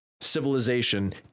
civilization